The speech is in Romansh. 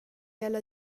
ella